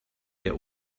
der